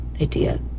idea